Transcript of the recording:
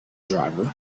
driver